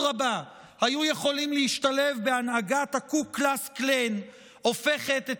רבה היו יכולים להשתלב בהנהגת הקו-קלוקס קלאן הופכת את